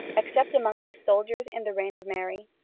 except amongst the soldiers in the reign of mary.